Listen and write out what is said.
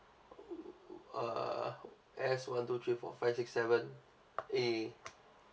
uh S one two three four five six seven A